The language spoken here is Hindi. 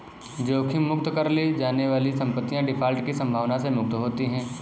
जोखिम मुक्त दर ले जाने वाली संपत्तियाँ डिफ़ॉल्ट की संभावना से मुक्त होती हैं